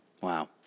Wow